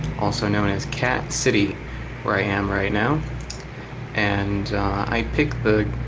also known as cat city where i am right now and i picked the